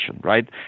right